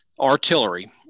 Artillery